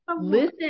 listen